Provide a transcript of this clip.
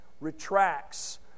retracts